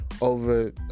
over